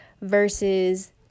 versus